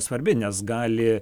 svarbi nes gali